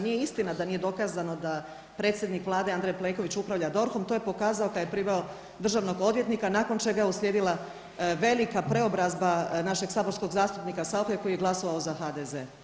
Nije istina da nije dokazano da predsjednik Vlade Andrej Plenković upravlja DORH-om, to je pokazao kada priveo državnog odvjetnika nakon čega je uslijedila velika preobrazba našeg saborskog zastupnika Sauche koji je glasovao za HDZ.